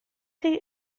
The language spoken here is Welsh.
chi